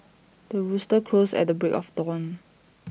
the rooster crows at the break of dawn